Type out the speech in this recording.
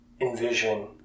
envision